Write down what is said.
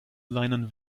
seinen